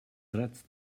dreads